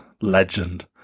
legend